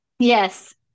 Yes